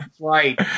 right